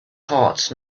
hot